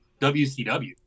WCW